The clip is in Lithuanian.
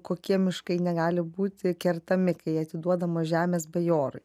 kokie miškai negali būti kertami kai atiduodamos žemės bajorui